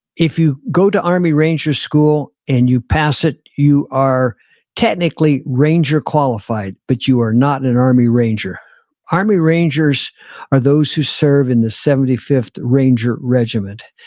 if you go to army ranger school and you pass it, you are technically ranger qualified, but you are not an army ranger army rangers are those who serve in the seventy fifth ranger regiment.